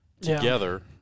together